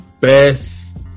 best